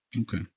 Okay